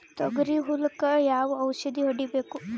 ತೊಗರಿ ಹುಳಕ ಯಾವ ಔಷಧಿ ಹೋಡಿಬೇಕು?